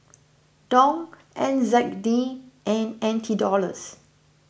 Dong N Z D and N T Dollars